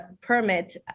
permit